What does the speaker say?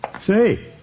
Say